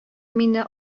мине